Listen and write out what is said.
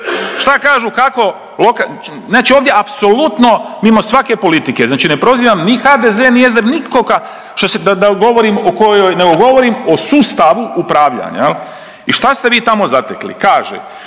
šta kažu kako loka… znači ovdje apsolutno mimo svake politike, znači ne prozivam ni HDZ, ni SDP nikoga što govorim o kojoj ne govorim o sustavu upravljanja i šta ste vi tamo zatekli kaže